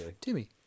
timmy